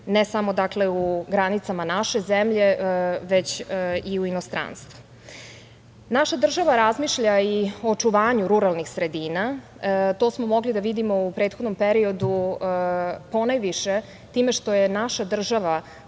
ne samo dakle u granicama naše zemlje, već i u inostranstvu. Naša država razmišlja i o očuvanju ruralnih sredina. To smo mogli da vidimo u prethodnom periodu ponajviše time što je naša država